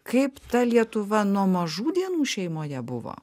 kaip ta lietuva nuo mažų dienų šeimoje buvo